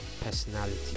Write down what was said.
personality